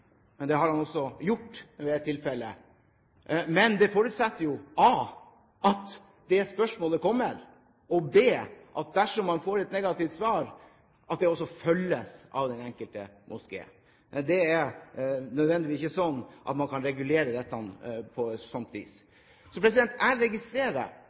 Det har han også gjort ved et tilfelle. Men det forutsetter jo a) at det spørsmålet kommer, og b) at dersom man får et negativt svar, følges det av den enkelte moské. Det er nødvendigvis ikke sånn at man kan regulere dette på et sånt vis. Jeg registrerer